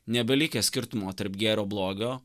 nebelikę skirtumo tarp gėrio blogio